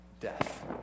death